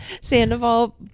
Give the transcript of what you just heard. Sandoval